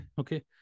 Okay